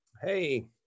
Hey